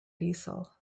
diesel